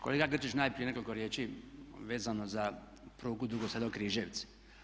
Kolega Grčić, najprije nekoliko riječi vezano za prugu Dugo Selo-Križevci.